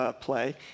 play